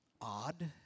odd